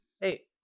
Hey